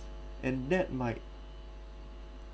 and that might